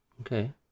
okay